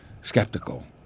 skeptical